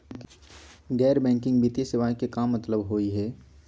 गैर बैंकिंग वित्तीय सेवाएं के का मतलब होई हे?